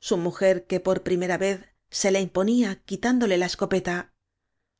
su mujer que por primera vez se le imponía quitándole la es copeta